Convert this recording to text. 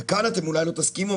וכאן אתם אולי לא תסכימו,